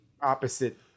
opposite